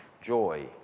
joy